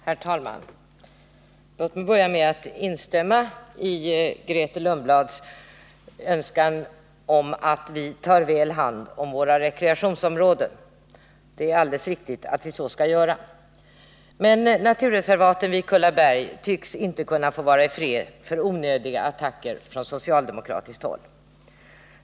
Herr talman! Låt mig börja med att instämma i Grethe Lundblads önskan att vi skall ta väl hand om våra rekreationsområden. Naturreservatet vid Kullaberg tycks inte få vara i fred för onödiga attacker från socialdemokratiskt håll.